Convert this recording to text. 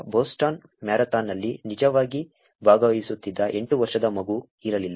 Boston ಮ್ಯಾರಥಾನ್ನಲ್ಲಿ ನಿಜವಾಗಿ ಭಾಗವಹಿಸುತ್ತಿದ್ದ 8 ವರ್ಷದ ಮಗು ಇರಲಿಲ್ಲ